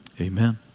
amen